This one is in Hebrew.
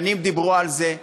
שנים דיברו על זה,